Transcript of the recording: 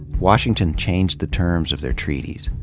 washington changed the terms of their treaties,